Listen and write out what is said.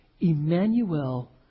Emmanuel